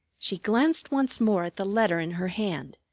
she glanced once more at the letter in her hand,